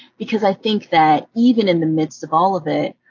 because i think that even in the midst of all of it,